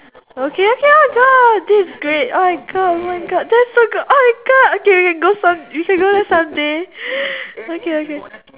okay okay oh my god this is great oh my god oh my god that is so good oh my god okay we can go some we can go there someday okay okay